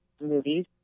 movies